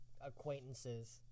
Acquaintances